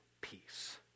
peace